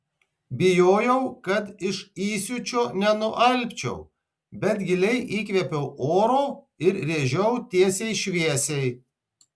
bijojau kad iš įsiūčio nenualpčiau bet giliai įkvėpiau oro ir rėžiau tiesiai šviesiai